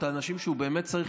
את האנשים שהוא באמת צריך,